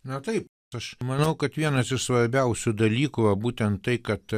na taip aš manau kad vienas iš svarbiausių dalykų yra būtent tai kad